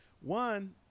One